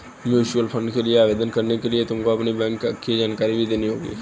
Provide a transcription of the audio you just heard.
mutual fund के लिए आवेदन करने के लिए तुमको अपनी बैंक की जानकारी भी देनी होगी